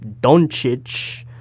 Doncic